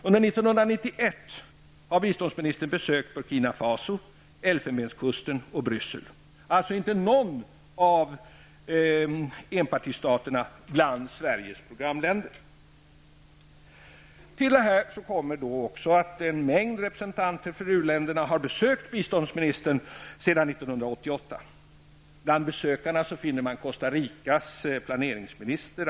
Under 1991 har biståndsministern besökt alltså inte någon av enpartistaterna bland Till detta kommer att en mängd representanter för u-länderna har besökt biståndsministern sedan 1988.